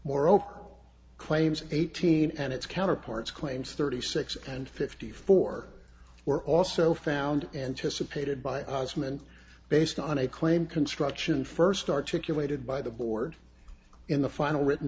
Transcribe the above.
moreover claims eighteen and its counterparts claims thirty six and fifty four were also found anticipated by ozment based on a claim construction first articulated by the board in the final written